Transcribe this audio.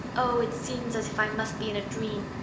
oh, it seems as if i must be in a dream.